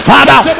Father